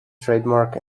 trademark